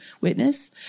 witness